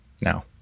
Now